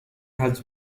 has